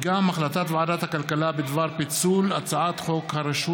הצעת ועדת הכלכלה בדבר פיצול הצעת חוק הרשות